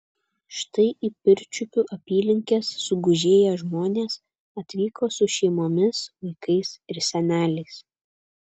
štai į pirčiupių apylinkes sugužėję žmonės atvyko su šeimomis vaikais ir seneliais